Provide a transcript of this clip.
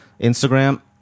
Instagram